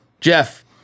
Jeff